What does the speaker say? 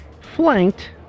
Flanked